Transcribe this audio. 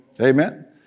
Amen